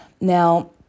Now